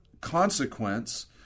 consequence